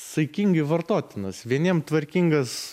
saikingai vartotinas vieniem tvarkingas